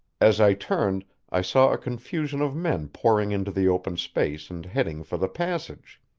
as i turned i saw a confusion of men pouring into the open space and heading for the passage.